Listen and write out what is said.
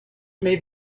made